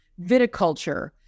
viticulture